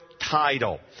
title